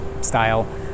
style